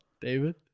David